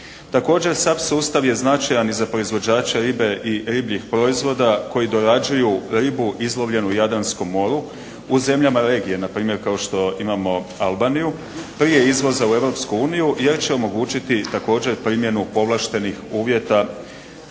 Također SAP sustav je značajan za proizvođače ribe i ribljih proizvoda koji dorađuju ribu izlovljenu u Jadranskom moru u zemljama regije, npr. kao što imamo Albaniju, prije izvoza u EU jer će omogućiti također primjenu povlaštenih uvjeta